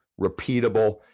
repeatable